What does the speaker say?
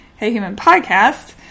HeyHumanPodcast